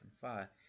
fire